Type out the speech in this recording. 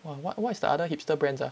!wah! what what's the other hipster brands ah